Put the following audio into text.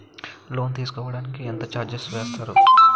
Loan తీసుకోడానికి ఎంత charges వేస్తారు?